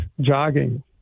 jogging